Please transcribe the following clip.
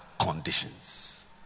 conditions